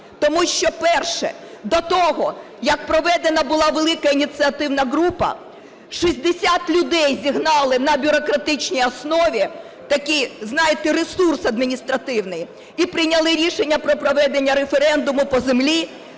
Тому що, перше, до того як проведена була велика ініціативна група, 60 людей зігнали на бюрократичній основі, такий, знаєте, ресурс адміністративний, і прийняли рішення про проведення референдуму по землі,